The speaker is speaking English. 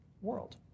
world